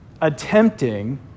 attempting